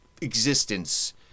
existence